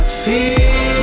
feel